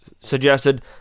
suggested